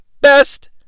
best